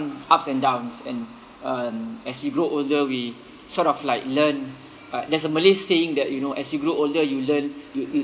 ups and downs and uh as we grow older we sort of like learn uh there's a malay saying that you know as you grow older you learn you you